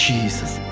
Jesus